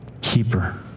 keeper